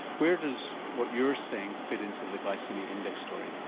where does what you're saying fit into the glycaemic index story?